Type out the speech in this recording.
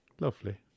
Lovely